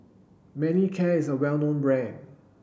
Manicare is a well known brand